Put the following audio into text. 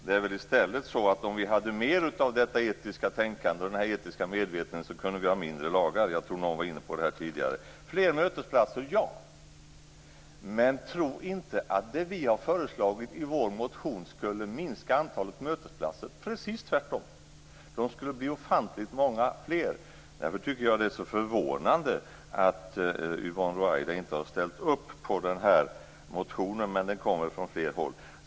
Det är väl i stället så att vi, om vi hade mer av detta etiska tänkande och denna etiska medvetenhet, kunde ha färre lagar. Jag tror att någon var inne på det tidigare här. Fler mötesplatser - ja. Men tro inte att det vi föreslår i vår motion skulle minska antalet mötesplatser! Det är precis tvärtom. De skulle bli ofantligt många fler. Därför tycker jag att det är mycket förvånande att Yvonne Ruwaida inte har ställt upp på den här motionen - men den kommer ju från fel håll.